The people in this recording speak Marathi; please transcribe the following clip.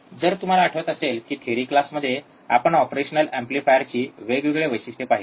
जर तुम्हाला आठवत असेल की थेरी क्लासमध्ये आपण ऑपरेशनल एम्पलीफायरची वेगवेगळे वैशिष्ट्य पाहिली